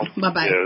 Bye-bye